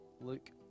Luke